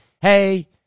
hey